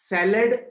Salad